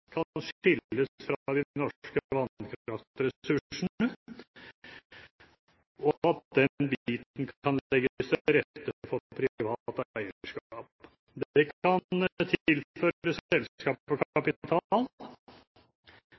kan skilles fra de norske vannkraftressursene, og at den biten kan legges til rette for privat